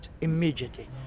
immediately